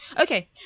Okay